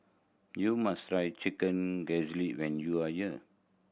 you must try chicken when you are here